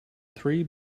three